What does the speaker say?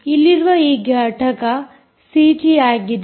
ಇಲ್ಲಿರುವ ಈ ಘಟಕ ಸಿಟಿ ಯಾಗಿದೆ